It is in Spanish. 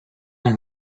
las